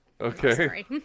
Okay